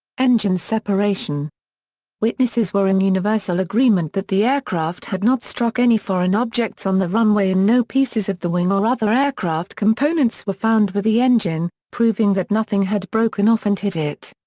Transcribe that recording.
engine separation witnesses were in universal agreement that the aircraft had not struck any foreign objects on the runway and no pieces of the wing or other aircraft components were found with the engine, proving that nothing had broken off and hit it.